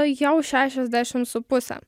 jau šešiasdešim su puse